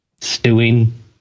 stewing